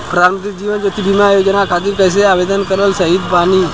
प्रधानमंत्री जीवन ज्योति बीमा योजना खातिर कैसे आवेदन कर सकत बानी?